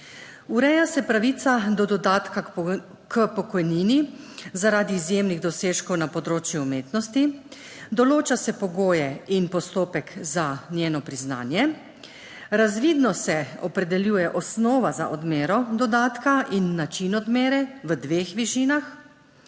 Ureja se pravica do dodatka k pokojnini zaradi izjemnih dosežkov na področju umetnosti, določa se pogoje in postopek za njeno priznanje, razvidno se opredeljuje osnova za odmero dodatka in način odmere v dveh višinah.